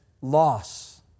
loss